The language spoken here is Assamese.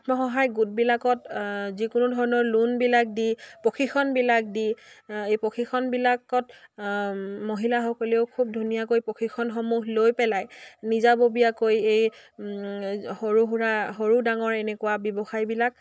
আত্মসহায়ক গোটবিলাকত যিকোনো ধৰণৰ লোনবিলাক দি প্ৰশিক্ষণবিলাক দি এই প্ৰশিক্ষণবিলাকত মহিলাসকলেও খুব ধুনীয়াকৈ প্ৰশিক্ষণসমূহ লৈ পেলাই নিজাববীয়াকৈ এই সৰু সুৰা সৰু ডাঙৰ এনেকুৱা ব্যৱসায়বিলাক